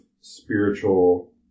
spiritual